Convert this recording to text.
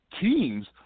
teams